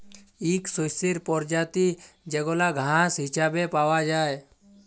ইক শস্যের পরজাতি যেগলা ঘাঁস হিছাবে পাউয়া যায়